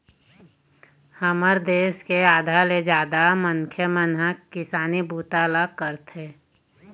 हमर देश के आधा ले जादा मनखे मन ह किसानी बूता ल करथे